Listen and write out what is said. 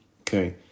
Okay